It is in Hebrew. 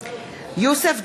יוסף ג'בארין,